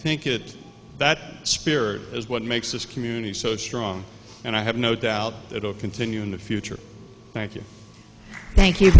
think it that spirit is what makes this community so strong and i have no doubt it will continue in the future thank you thank you